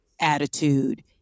attitude